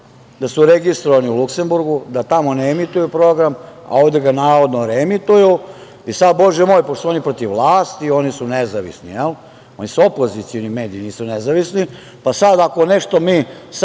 da su registrovani u Luksenburgu, da tamo ne emituju program, a ovde ga navodno reemituju. I, sad, Bože moj, pošto su oni protiv vlasti oni su nezavisni, jel, oni su opozicioni mediji nisu nezavisni, pa sad ako mi primenimo